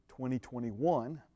2021